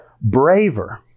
braver